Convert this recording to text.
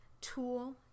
tool